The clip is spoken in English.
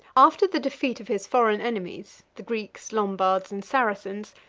after the defeat of his foreign enemies, the greeks, lombards, and saracens,